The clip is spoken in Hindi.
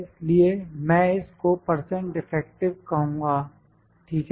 इसलिए मैं इस को परसेंट डिफेक्टिव कहूँगा ठीक है